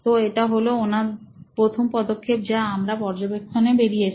তো এটা হলো ওনার প্রথম পদক্ষেপ যা আমার পর্যবেক্ষণ এ বেরিয়েছে